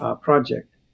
project